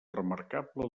remarcable